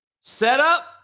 Setup